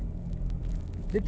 aku bukakan pintu